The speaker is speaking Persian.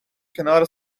کنار